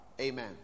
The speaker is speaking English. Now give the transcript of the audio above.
Amen